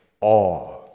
awe